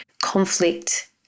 conflict